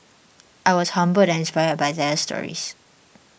I was humbled and inspired by their stories